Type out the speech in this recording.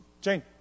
Jane